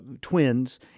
twins